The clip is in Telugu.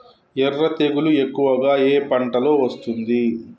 ఎర్ర తెగులు ఎక్కువగా ఏ పంటలో వస్తుంది?